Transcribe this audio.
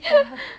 haha